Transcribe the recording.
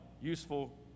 useful